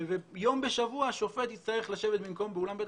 יום בשבוע השופט יצטרך לשבת במקום באולם בית